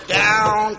down